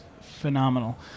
phenomenal